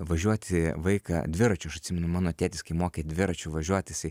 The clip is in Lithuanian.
važiuoti vaiką dviračiu aš atsimenu mano tėtis kai mokė dviračiu važiuot jisai